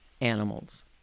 animals